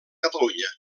catalunya